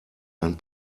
ein